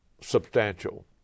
substantial